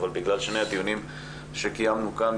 אבל בגלל שני הדיונים שקיימנו כאן,